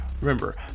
Remember